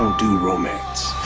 do romance.